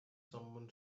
someone